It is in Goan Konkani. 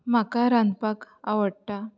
म्हाका रांदपाक आवडटा